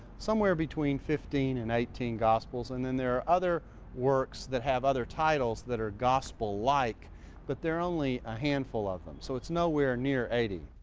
somewhere between fifteen and eighteen gospels. and then there are other works that have other titles that are gospel-like, but there are only a handful of them. so it's nowhere near eighty.